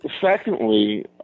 secondly